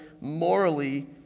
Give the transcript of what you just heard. morally